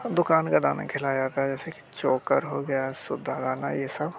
दुकान का दाना खिलाया जाता है जैसे कि चोकर हो गया सुधा दाना ये सब